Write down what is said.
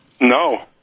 No